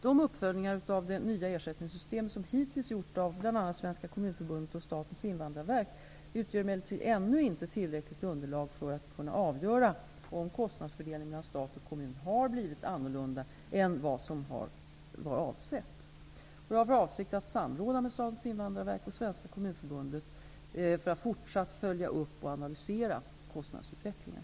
De uppföljningar av det nya ersättningssystemet som hittills gjorts av bl.a. Svenska kommunförbundet och Statens invandrarverk utgör emellertid ännu inte tillräckligt underlag för att kunna avgöra om kostnadsfördelningen mellan stat och kommun har blivit annorlunda än vad som var avsett. Jag har för avsikt att i samråd med Statens invandrarverk och Svenska kommunförbundet fortsätta att följa och analysera kostnadsutvecklingen.